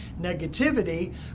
negativity